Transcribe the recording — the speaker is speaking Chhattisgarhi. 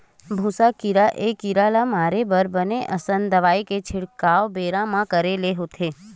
भूसा कीरा ए कीरा ल मारे बर बने असन दवई के छिड़काव बेरा म करे ले होथे